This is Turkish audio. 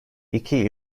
iki